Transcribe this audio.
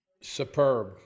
Superb